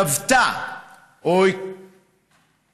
בנק ישראל, טוותה או הביאה